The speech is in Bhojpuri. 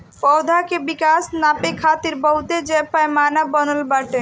पौधा के विकास के नापे खातिर बहुते पैमाना बनल बाटे